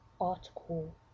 article